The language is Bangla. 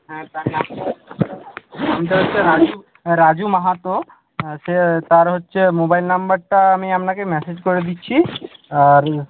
হ্যাঁ তার নামটা হচ্ছে রাজু রাজু মাহাতো সে তার হচ্ছে মোবাইল নাম্বারটা আমি আপনাকে মেসেজ করে দিচ্ছি আর